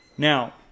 Now